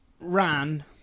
ran